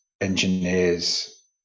engineers